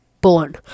born